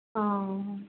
অ